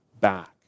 back